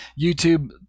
YouTube